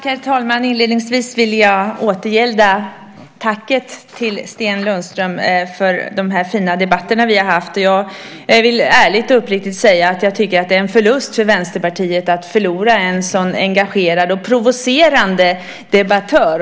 Herr talman! Inledningsvis vill jag återgälda tacket, Sten Lundström, för de fina debatter vi har haft. Jag vill ärligt och uppriktigt säga att jag tycker att det är en förlust för Vänsterpartiet att förlora ett sådan engagerad och provocerande debattör.